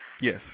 Yes